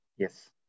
Yes